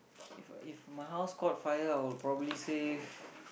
if if my house caught fire I would probably save